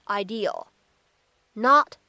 ideal,not